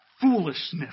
Foolishness